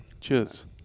Cheers